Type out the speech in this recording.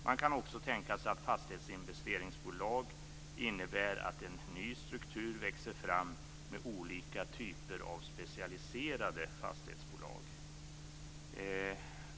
Man kan också tänka sig att fastighetsinvesteringsbolag innebär att en ny struktur växer fram med olika typer av specialiserade fastighetsbolag.